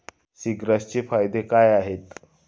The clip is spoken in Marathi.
सीग्रासचे फायदे काय आहेत?